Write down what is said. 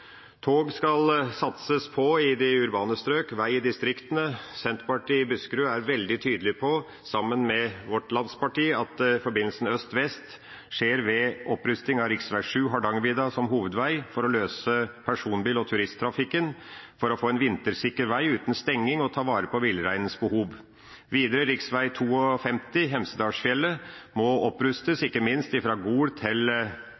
Tog skal det satses på i de urbane strøk, vei i distriktene. Senterpartiet i Buskerud er veldig tydelig på, i likhet med Senterpartiet sentralt, at øst–vest-forbindelsen skjer ved opprusting av rv. 7 Hardangervidda som hovedvei for å løse personbil- og turisttrafikken, for å få en vintersikker vei uten stenging, og for å ta vare på villreinens behov. Videre må rv. 52 Hemsedalsfjellet opprustes, ikke minst fra Gol til